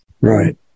Right